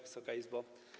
Wysoka Izbo!